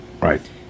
Right